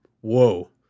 whoa